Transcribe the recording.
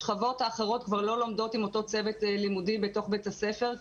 השכבות האחרות כבר לא לומדות עם אותו צוות לימודי בתוך בית הספר,